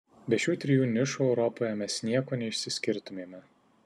be šių trijų nišų europoje mes nieko neišsiskirtumėme